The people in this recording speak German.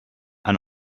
ein